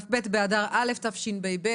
כ"ב באדר א' תשפ"ב,